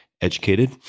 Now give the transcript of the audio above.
educated